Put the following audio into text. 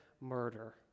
murder